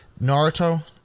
Naruto